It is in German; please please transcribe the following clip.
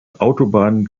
autobahn